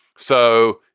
so,